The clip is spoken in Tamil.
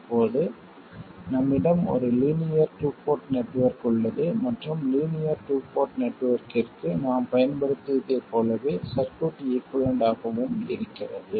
இப்போது நம்மிடம் ஒரு லீனியர் டூ போர்ட் நெட்வொர்க் உள்ளது மற்றும் லீனியர் டூ போர்ட் நெட்வொர்க்கிற்கு நாம் பயன்படுத்தியதைப் போலவே சர்க்யூட் ஈகுவலன்ட் ஆகவும் இருக்கிறது